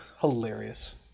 hilarious